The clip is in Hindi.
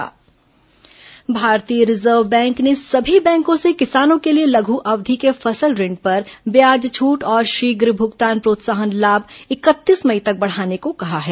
लॉकडाउन रिजर्व बैंक किसान छूट भारतीय रिजर्व बैंक ने सभी बैंकों से किसानों के लिए लघु अवधि के फसल ऋण पर ब्याज छूट और शीघ्र भुगतान प्रोत्साहन लाभ इकतीस मई तक बढ़ाने को कहा है